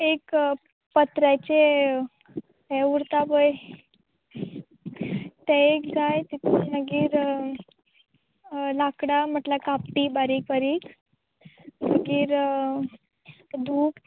एक पत्र्याचें हें उरता पय तें एक जाय तेतून मागीर लाकडां म्हटल्यार कपटी बारीक बारीक मागीर धूप